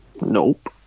Nope